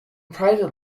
private